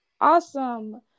Awesome